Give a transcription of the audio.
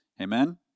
Amen